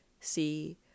see